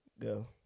go